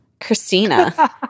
Christina